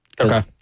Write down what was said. Okay